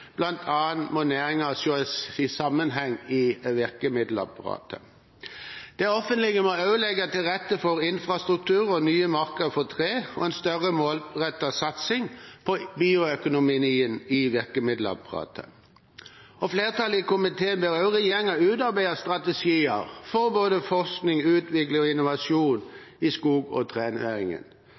må næringen ses i sammenheng med virkemiddelapparatet. Det offentlige må også legge til rette for infrastruktur og nye markeder for tre og en større, målrettet satsing på bioøkonomi i virkemiddelapparatet. Flertallet i komiteen ber også regjeringen om å utarbeide strategier for forskning, utvikling og innovasjon i skog- og trenæringen